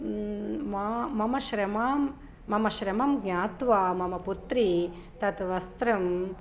मा मम श्रमां मम श्रमं ज्ञात्वा मम पुत्री तत् वस्त्रं